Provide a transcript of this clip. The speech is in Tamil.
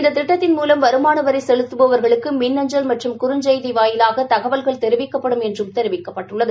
இந்த திட்டத்தின் மூலம் வருமான வரி செலுத்துபவா்களுக்கு மின் அஞ்சல் மற்றும் குறுஞ்செய்தி வாயிலாக தகவல்கள் தெரிவிக்கப்படும் என்றும் தெரிவிக்கப்பட்டுள்ளது